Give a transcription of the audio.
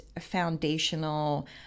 foundational